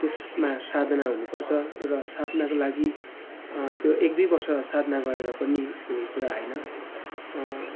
त्यसमा साधना हुनुपर्छ र साधनाको लागि त्यो एक दुई वर्ष साधना गरेर पनि हुने कुरा आएन